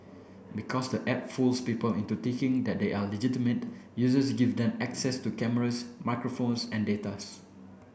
because the app fools people into thinking that they are legitimate users give them access to cameras microphones and data's